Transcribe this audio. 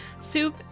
Soup